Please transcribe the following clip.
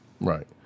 right